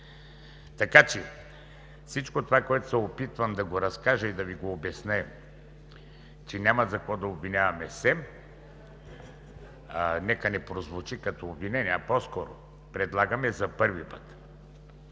всички! Всичко това, което се опитвам да Ви разкажа и обясня, е, че няма за какво да обвиняваме СЕМ. Нека не прозвучи като обвинение, а по-скоро – предлагаме за първи път